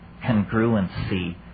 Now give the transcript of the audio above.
congruency